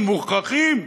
אם מוכרחים,